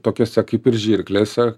tokiose kaip ir žirklėse